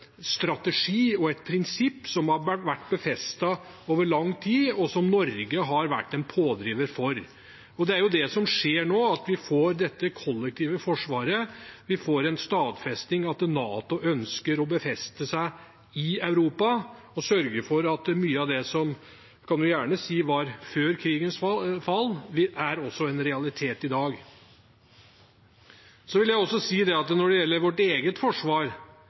det som skjer nå, at vi får dette kollektive forsvaret; vi får en stadfesting av at NATO ønsker å befeste seg i Europa og sørge for at mye av det som var – man kan gjerne si før krigens fall – også er en realitet i dag. Jeg vil også si – når det gjelder vårt eget forsvar